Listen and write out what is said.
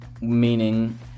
meaning